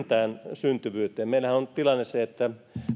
syntyvyyteen meillähän on tilanne se että